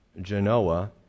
Genoa